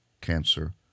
cancer